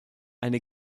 eine